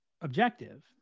objective